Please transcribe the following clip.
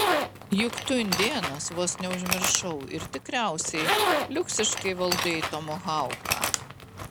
juk tu indėnas vos neužmiršau ir tikriausiai liuksiškai valdai tomahauką